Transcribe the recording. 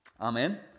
Amen